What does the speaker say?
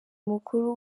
mukuru